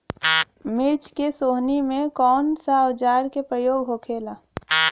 मिर्च के सोहनी में कौन सा औजार के प्रयोग होखेला?